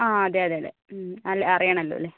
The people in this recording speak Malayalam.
ആ അതേയതേയതേ അല്ലെ അറിയണമല്ലോ അല്ലെ